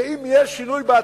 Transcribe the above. ואם יהיה שינוי בעתיד,